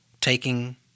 taking